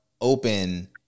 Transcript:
open